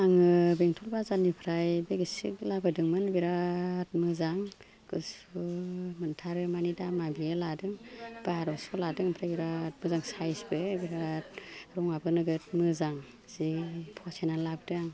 आङो बेंटल बाजारनिफ्राय बेगि सिग लाबोदोंमोन बिराद मोजां गुसु मोनथारो माने दामा बियो लादों बारस' लादों आमफ्राय बिराद मोजां सायसबो बिराद रङाबो नोगोद मोजां जि फसायनानै लाबोदों आं